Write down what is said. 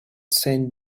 sent